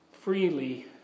Freely